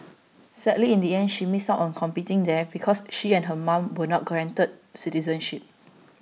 sadly in the end she missed out on competing there because she and her mom were not granted citizenship